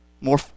more